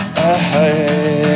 Hey